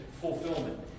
fulfillment